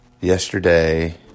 yesterday